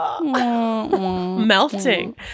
melting